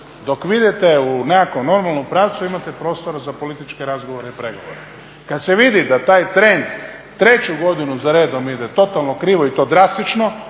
Dok vi idete u nekakvom normalnom pravcu imate prostora za političke razgovore i pregovore. Kad se vidi da taj trend treću godinu za redom ide totalno krivo i to drastično,